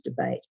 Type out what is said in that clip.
debate